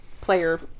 player